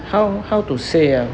how how to say ah